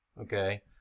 okay